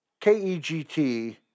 KEGT